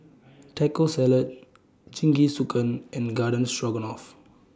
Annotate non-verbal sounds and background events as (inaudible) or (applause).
(noise) Taco Salad Jingisukan and Garden Stroganoff